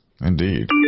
Indeed